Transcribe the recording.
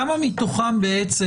כמה מתוכם,